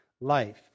life